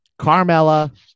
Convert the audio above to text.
Carmella